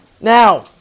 Now